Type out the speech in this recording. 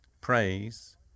praise